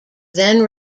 then